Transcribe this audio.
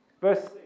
Verse